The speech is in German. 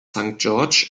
george’s